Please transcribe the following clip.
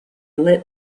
lit